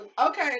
Okay